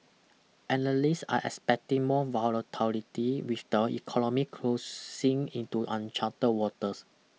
analysts are expecting more volatility with the economy crossing into uncharted waters